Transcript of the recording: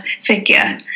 Figure